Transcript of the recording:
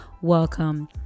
welcome